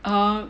um